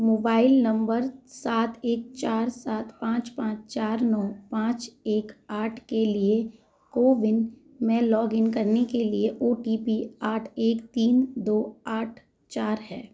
mobile number सात एक चार सात पाँच पाँच चार नौ पाँच एक आठ के लिए कोविन में लॉग इन करने के लिए ओ टी पी आठ एक तीन दो आठ चार है